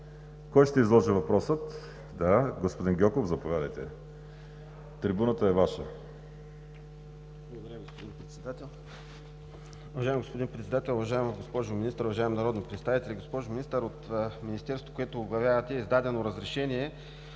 Кой ще изложи въпроса? Господин Гьоков, заповядайте. ГЕОРГИ ГЬОКОВ (БСП за България): Благодаря Ви, господин Председател. Уважаеми господин Председател, уважаема госпожо Министър, уважаеми народни представители! Госпожо Министър, от Министерството, което оглавявате, е издадено разрешение